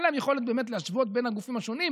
אין להם יכולת באמת להשוות בין הגופים השונים,